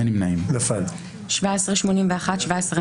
הצבעה לא אושרו.